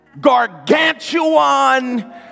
gargantuan